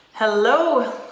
Hello